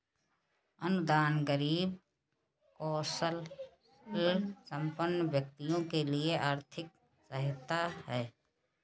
अनुदान गरीब कौशलसंपन्न व्यक्तियों के लिए आर्थिक सहायता है